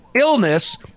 illness